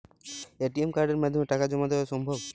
ATM কার্ডের মাধ্যমে টাকা জমা দেওয়া সম্ভব?